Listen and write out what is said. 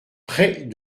près